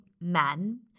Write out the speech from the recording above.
men